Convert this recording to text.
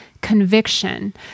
conviction